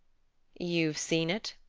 you've seen it?